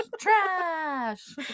Trash